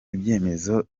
ibyemezo